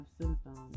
symptoms